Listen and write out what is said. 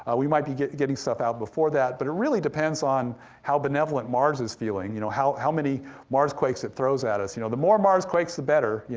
ah we might be getting getting stuff out before that, but it really depends on how benevolent mars is feeling. you know how how many marsquakes it throws at us. you know the more marsquakes the better, yeah